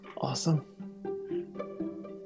Awesome